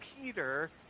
Peter